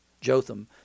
jotham